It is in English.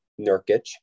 Nurkic